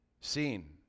seen